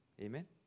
Amen